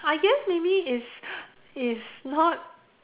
I guess maybe it's it's not